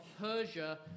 Persia